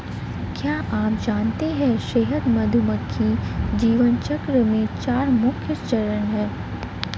क्या आप जानते है शहद मधुमक्खी जीवन चक्र में चार मुख्य चरण है?